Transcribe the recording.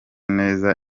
neza